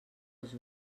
els